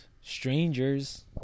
strangers